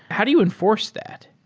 how do you enforce that?